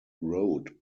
road